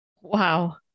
Wow